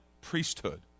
priesthood